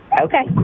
Okay